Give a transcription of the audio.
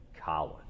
Collin